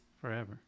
forever